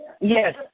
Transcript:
Yes